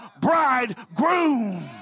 bridegroom